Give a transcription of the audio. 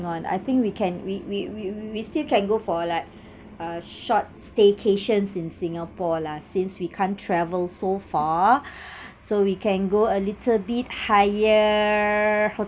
I think we can we we we we still can go for like a short staycations in singapore lah since we can't travel so far so we can go a little bit higher